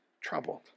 troubled